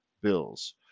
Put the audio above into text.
Bills